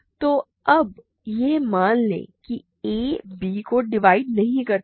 तो अब यह मान लें कि a b को डिवाइड नहीं करता है